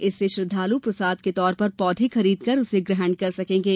इसे श्रद्वालु प्रसाद के तौर पर पौधे खरीदकर उसे ग्रहण कर सकेंगे